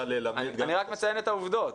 אני רק מציין את העובדות.